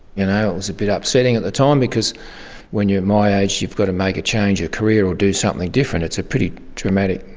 you know it was a bit upsetting at the time because when you're at my age, you've got to make a change, your career or do something different, it's a pretty dramatic